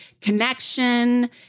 connection